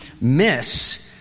miss